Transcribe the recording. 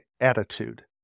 attitude